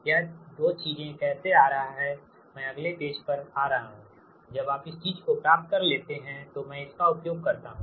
यह 2 चीज कैसे आ रहा है मैं अगले पेज पर आ रहा हूंजब आप इस चीज को प्राप्त कर लेते हैं तो मैं इसका उपयोग करता हूं